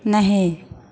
नहीं